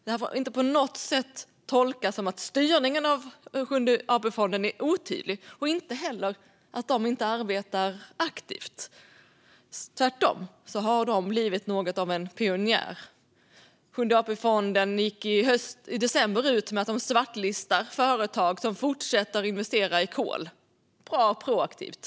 Det får dock inte på något sätt tolkas som att styrningen av Sjunde AP-fonden är otydlig och inte heller som att de inte arbetar aktivt. Tvärtom har de blivit något av pionjärer. Sjunde AP-fonden gick i december ut med att de svartlistar företag som fortsätter att investera i kol - bra och proaktivt!